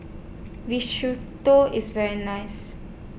Risotto IS very nice